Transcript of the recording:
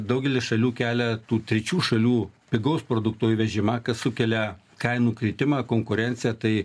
daugelyje šalių kelia tų trečių šalių pigaus produkto įvežimą kas sukelia kainų kritimą konkurenciją tai